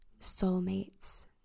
soulmates